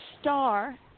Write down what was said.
Star